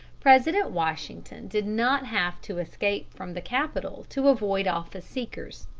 president washington did not have to escape from the capital to avoid office-seekers.